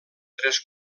tres